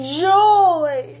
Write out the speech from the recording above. joy